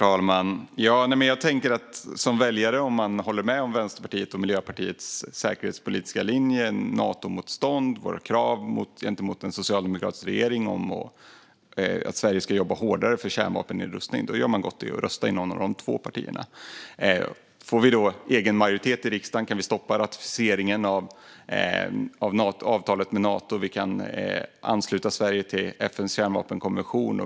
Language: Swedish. Herr talman! Om man som väljare håller med om Vänsterpartiets och Miljöpartiets säkerhetspolitiska linje, Natomotstånd, våra krav gentemot en socialdemokratisk regering och att Sverige ska jobba hårdare för kärnvapennedrustning gör man gott i att rösta på något av de två partierna. Får vi då egen majoritet i riksdagen kan vi stoppa ratificeringen av avtalet med Nato, och vi kan ansluta Sverige till FN:s kärnvapenkonvention.